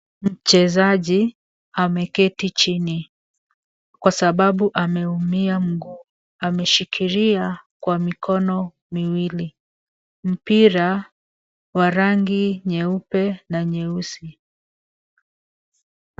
Mchezaji ameketi chini kwa sababu ameumia mguu ameshikilia kwa mikono miwili, mpira wa rangi nyeupe na nyeusi.